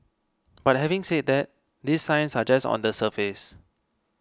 but having said that these signs are just on the surface